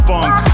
Funk